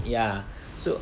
ya so